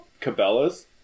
Cabela's